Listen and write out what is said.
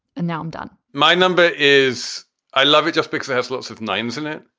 and now i'm done my number is i love it just because there's lots of names in it.